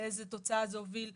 לאיזו תוצאה זה הוביל.